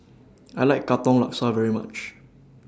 I like Katong Laksa very much